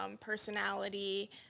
personality